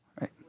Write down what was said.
Right